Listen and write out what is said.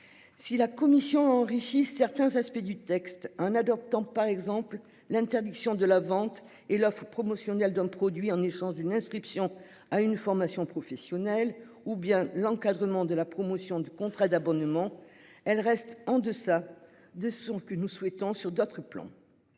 Si la commission. Certains aspects du texte un adoptant par exemple l'interdiction de la vente et l'offre promotionnelle d'un produit en échange d'une inscription à une formation professionnelle ou bien l'encadrement de la promotion du contrat d'abonnement. Elle reste en deçà de son que nous souhaitons sur d'autres plans.